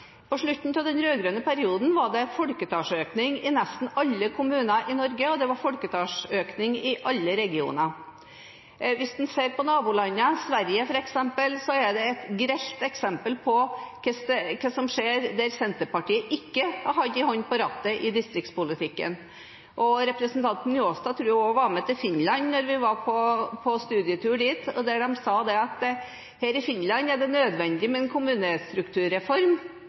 På slutten av den rød-grønne perioden var det folketallsøkning i nesten alle kommuner i Norge, og det var folketallsøkning i alle regioner. Hvis en ser på nabolandene, er f.eks. Sverige et grelt eksempel på hva som skjer der Senterpartiet ikke har holdt en hånd på rattet i distriktspolitikken. Jeg tror representanten Njåstad var med til Finland da vi var på studietur der. De sa at i Finland var det nødvendig med en kommunestrukturreform,